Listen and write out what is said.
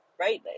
right